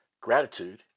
gratitude